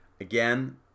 Again